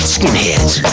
Skinheads